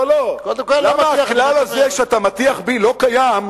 לא, לא, למה הכלל הזה, שאתה מטיח בי, לא קיים,